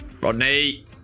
Rodney